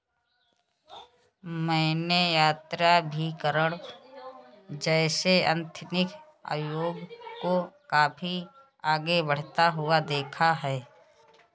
मैंने यात्राभिकरण जैसे एथनिक उद्योग को काफी आगे बढ़ता हुआ देखा है